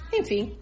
enfim